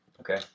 Okay